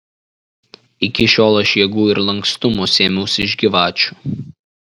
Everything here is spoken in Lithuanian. iki šiol aš jėgų ir lankstumo sėmiaus iš gyvačių